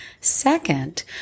Second